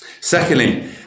Secondly